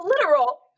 literal